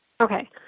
Okay